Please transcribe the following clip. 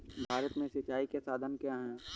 भारत में सिंचाई के साधन क्या है?